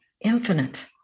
infinite